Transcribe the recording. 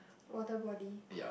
water body